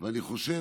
אני חושב